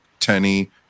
Tenny